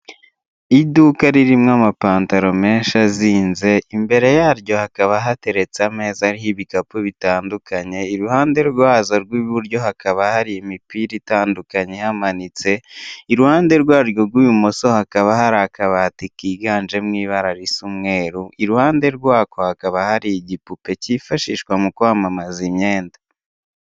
Iduka ririmo amantaro menshi azinze, imbere yaryo hakaba hateretse ameza ariho ibikapu bitandukanye, iruhande rwazo rw'iburyo hakaba hari imipira itandukanye ihamanitse, iruhande rwaryo rw'ibumoso hakaba hari akabati kiganjemo ibara risa umweru, iruhande rwako hakaba hari igipupe cyifashishwa mu kwamamaza imyenda.